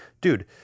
Dude